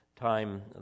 time